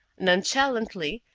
nonchalantly,